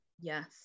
Yes